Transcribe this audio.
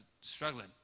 struggling